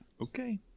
okay